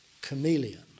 chameleon